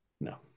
No